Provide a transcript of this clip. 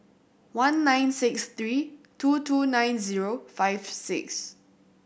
one nine six three two two nine zero five six